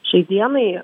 šiai dienai